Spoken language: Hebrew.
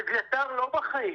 אביתר לא בחיים.